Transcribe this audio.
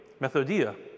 methodia